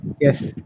yes